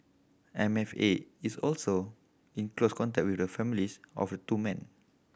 M F A is also in close contact with the families of the two men